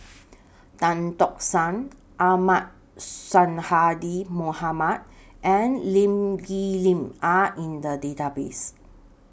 Tan Tock San Ahmad Sonhadji Mohamad and Lee Kip Lin Are in The Database